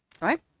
Right